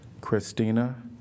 Christina